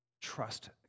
Trust